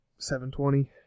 720